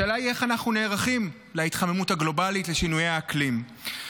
השאלה היא איך אנחנו נערכים להתחממות הגלובלית ולשינויי האקלים.